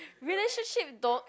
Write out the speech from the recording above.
relationship don't